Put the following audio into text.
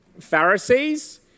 Pharisees